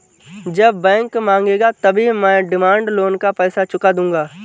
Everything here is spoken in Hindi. जब बैंक मांगेगा तभी मैं डिमांड लोन का पैसा चुका दूंगा